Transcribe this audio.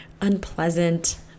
unpleasant